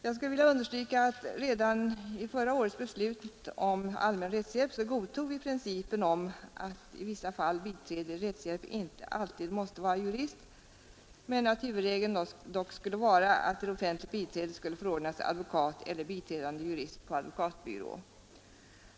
Jag skulle vilja understryka, att vi redan i förra årets beslut om allmän rättshjälp godtog principen om att i vissa fall biträde i rättshjälp inte alltid måste vara jurist men att huvudregeln dock skulle vara ått till offentligt biträde skulle förordnas advokat eller biträdande jurist på advokatbyrå.